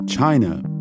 China